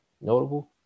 notable